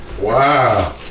Wow